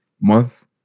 month